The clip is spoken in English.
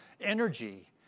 energy